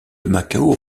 macao